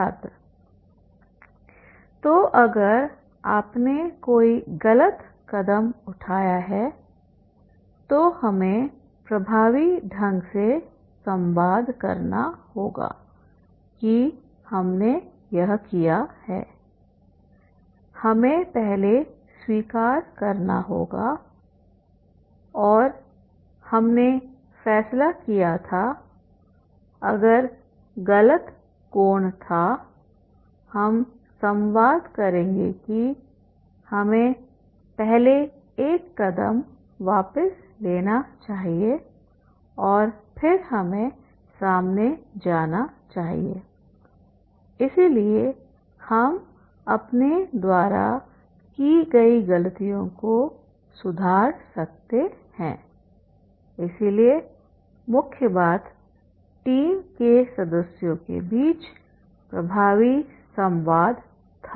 छात्र तो अगर आपने कोई गलत कदम उठाया है तो हमें प्रभावी ढंग से संवाद करना होगा कि हमने यह किया है हमें पहले स्वीकार करना होगा और हमने फैसला किया था अगर गलत कोण था हम संवाद करेंगे कि हमें पहले एक कदम वापस लेना चाहिए और फिर हमें सामने जाना चाहिए इसलिए हम अपने द्वारा की गई गलतियों को सुधार सकते हैं इसलिए मुख्य बात टीम के सदस्यों के बीच प्रभावी संवाद था